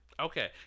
Okay